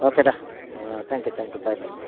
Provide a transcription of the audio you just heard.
ஓகேடா thank you thank you bye by